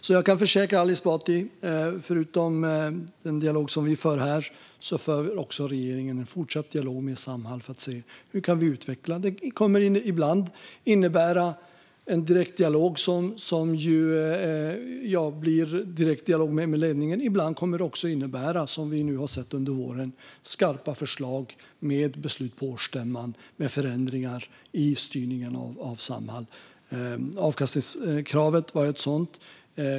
Jag kan alltså försäkra Ali Esbati om att regeringen, förutom den dialog som vi har här, också har en fortsatt dialog med Samhall om att utveckla. Det kommer ibland att innebära en direktdialog med ledningen. Ibland kommer det, som vi har sett under våren, att innebära skarpa förslag med beslut på årsstämman om förändringar i styrningen av Samhall. Avkastningskravet var ett sådant.